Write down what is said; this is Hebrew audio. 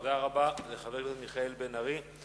תודה רבה לחבר הכנסת מיכאל בן-ארי.